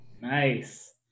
Nice